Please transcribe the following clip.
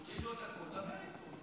פותרים לו את הכול, דבר איתו.